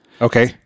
Okay